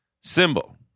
symbol